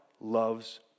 loves